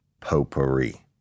Potpourri